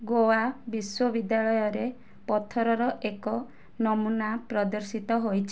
ଗୋଆ ବିଶ୍ୱବିଦ୍ୟାଳୟରେ ପଥରର ଏକ ନମୁନା ପ୍ରଦର୍ଶିତ ହୋଇଛି